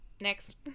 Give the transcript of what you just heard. next